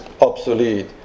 obsolete